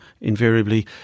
invariably